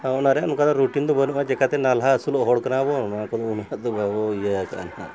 ᱚᱱᱟᱨᱮ ᱚᱱᱠᱟᱫᱚ ᱨᱩᱴᱤᱱ ᱫᱚ ᱵᱟᱹᱱᱩᱜᱼᱟ ᱪᱤᱠᱟᱹᱛᱮ ᱱᱟᱞᱦᱟ ᱟᱹᱥᱩᱞᱚᱜ ᱦᱚᱲ ᱠᱟᱱᱟᱵᱚᱱ ᱚᱱᱟ ᱠᱚᱫᱚ ᱩᱱᱟᱹᱜ ᱫᱚ ᱵᱟᱵᱚᱱ ᱤᱭᱟᱹ ᱟᱠᱟᱫᱟ ᱦᱟᱸᱜ